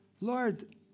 Lord